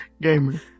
Gamer